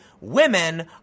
women